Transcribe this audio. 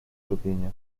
zrobienia